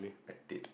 I did